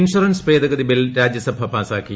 insurance ഭേദഗതില്ബിൽ Rajya Sabha പാസ്റ്റാക്കി